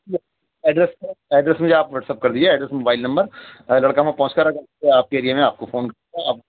address address مجھے آپ WhatsApp کر دیجیے ایڈریس موبائل نمبر لڑکا وہاں پہنچ کر آپ کے ایریے میں آپ کو فون آپ